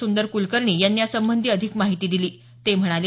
सुंदर कुलकर्णी यांनी या संबंधी अधिक माहिती दिली ते म्हणाले